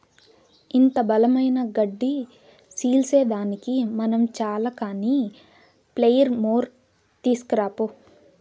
ఇంత బలమైన గడ్డి సీల్సేదానికి మనం చాల కానీ ప్లెయిర్ మోర్ తీస్కరా పో